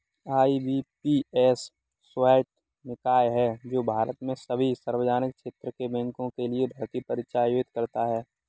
IBPS स्वायत्त निकाय है जो भारत में सभी सार्वजनिक क्षेत्र के बैंकों के लिए भर्ती परीक्षा आयोजित करता है